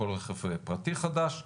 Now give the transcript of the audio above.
כל רכב פרטי חדש.